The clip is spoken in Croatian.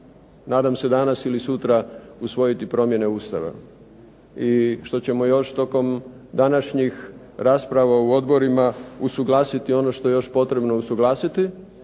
nadam se danas ili sutra usvojiti promjene Ustava i što ćemo još tokom današnjih rasprava u odborima usuglasiti ono što je još potrebno usuglasiti,